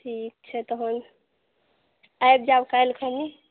ठीक छै तहन आबि जायब काल्हिखन